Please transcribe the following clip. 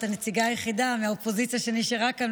את הנציגה היחידה מהאופוזיציה שנשארה כאן,